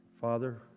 Father